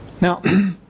now